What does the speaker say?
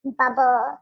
bubble